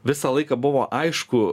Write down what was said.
visą laiką buvo aišku